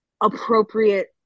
appropriate